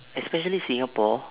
especially singapore